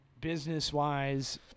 business-wise